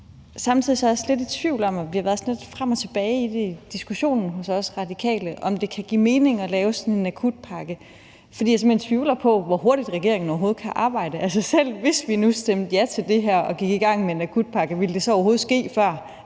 Samtidig er jeg også lidt i tvivl – vi har været sådan lidt frem og tilbage i diskussionen hos os i Radikale – om det kan give mening at lave sådan en akutpakke, fordi jeg simpelt hen tvivler på, hvor hurtigt regeringen overhovedet kan arbejde af sig selv, for hvis vi nu stemte ja til det her og gik i gang med en akutpakke, ville det så overhovedet ske, før